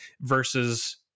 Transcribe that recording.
versus